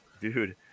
Dude